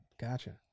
gotcha